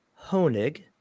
Honig